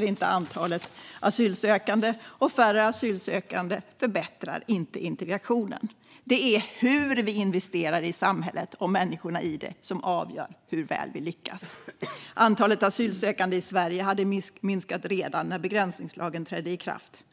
inte antalet asylsökande, och färre asylsökande förbättrar inte integrationen. Det är hur vi investerar i samhället och människorna i det som avgör hur väl vi lyckas. Antalet asylsökande i Sverige hade minskat redan när begränsningslagen trädde i kraft.